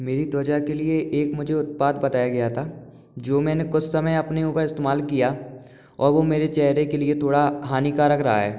मेरी त्वचा के लिए एक मुझे उत्पाद बताया गया था जो मैंने कुछ समय अपने ऊपर इस्तेमाल किया और वो मेरे चेहरे के लिए थोड़ा हानिकारक रहा है